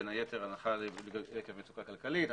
בין היתר הנחה לאדם עם מוגבלות,